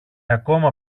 ακόμα